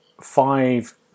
five